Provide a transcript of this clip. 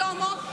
שלמה,